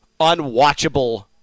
unwatchable